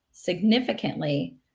significantly